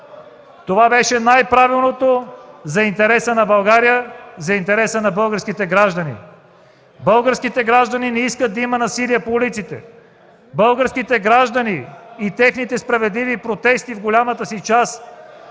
Това беше най-правилното за интереса на България, за интереса на българските граждани. Българските граждани не искат да има насилие по улицата. Българските граждани и техните справедливи протести в голямата си част